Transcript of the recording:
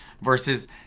versus